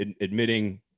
admitting